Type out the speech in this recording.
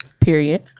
Period